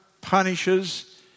punishes